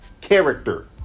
character